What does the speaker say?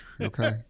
okay